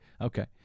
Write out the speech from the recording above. Okay